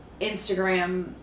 Instagram